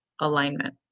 alignment